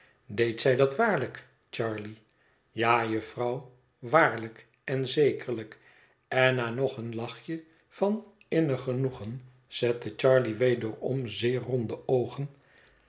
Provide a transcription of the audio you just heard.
deed zij dat waarlijk charley ja jufvrouw waarlijk en zekerlijk en na nog een lachje van innig genoegen zette charley wederom zeer ronde oogen